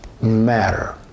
matter